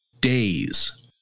days